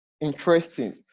interesting